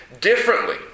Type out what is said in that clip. differently